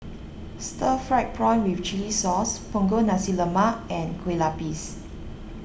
Stir Fried Prawn with Chili Sauce Punggol Nasi Lemak and Kueh Lupis